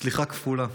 סליחה כפולה: